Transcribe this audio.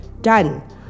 done